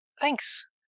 thanks